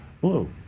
blue